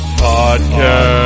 podcast